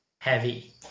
heavy